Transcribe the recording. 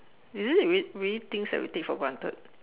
is it really really things that we take for granted